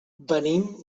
venim